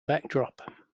backdrop